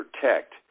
protect